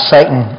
Satan